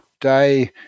day